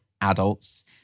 adults